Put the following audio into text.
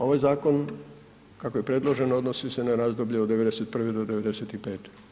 Ovaj zakon, kako je predložen odnosi se na razdoblje od '91.-'95.